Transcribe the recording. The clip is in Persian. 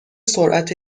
سرعت